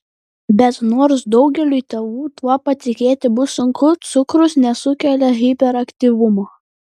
bet nors daugeliui tėvų tuo patikėti bus sunku cukrus nesukelia hiperaktyvumo